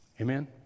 Amen